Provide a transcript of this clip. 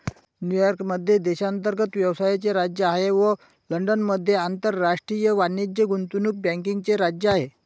New York मध्ये देशांतर्गत व्यवसायाचे राज्य आहे व लंडनमध्ये आंतरराष्ट्रीय वाणिज्य गुंतवणूक बँकिंगचे राज्य आहे